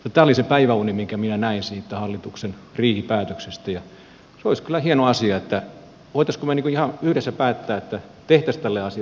tämä oli se päiväuni minkä minä näin siitä hallituksen riihipäätöksestä ja se olisi kyllä hieno asia joten voisimmeko me ihan yhdessä päättää että tehtäisiin tälle asialle jotain